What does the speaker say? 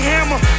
Hammer